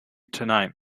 tonight